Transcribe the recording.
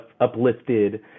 uplifted